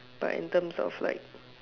but in terms of like